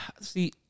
see